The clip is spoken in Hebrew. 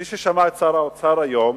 מי ששמע את שר האוצר היום